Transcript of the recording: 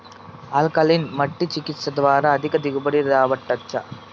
alkaline మట్టి చికిత్స ద్వారా అధిక దిగుబడి రాబట్టొచ్చా